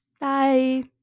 Bye